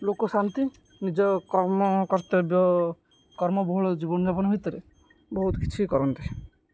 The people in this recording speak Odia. ଲୋକ ଶାନ୍ତି ନିଜ କର୍ମ କର୍ତ୍ତବ୍ୟ କର୍ମବହୁଳ ଜୀବନଯାପନ ଭିତରେ ବହୁତ କିଛି କରନ୍ତି